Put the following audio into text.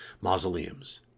mausoleums